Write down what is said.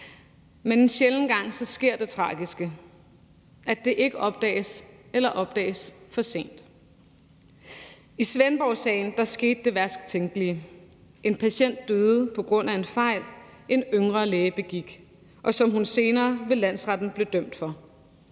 men en sjælden gang sker det tragiske, at det ikke opdages eller opdages for sent. I Svendborgsagen skete det værst tænkelige: En patient døde på grund af en fejl, en yngre læge begik, og som hun senere ved landsretten blev dømt for.